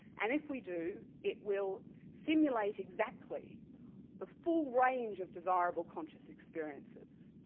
and if we do, it will simulate exactly the full range of desirable conscious experiences.